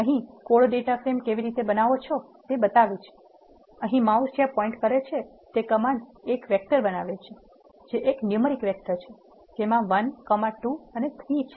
અહીં code data frame કેવી રીતે બનાવવો તે બતાવે છે અહી માઉસ જ્યાં પોઈન્ટ કરે છે તે કમાન્ડ એક વેક્ટર બનાવે છે જે એક ન્યુમેરિક વેક્ટર છે જેમાં 1 2 અને 3 છે